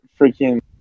freaking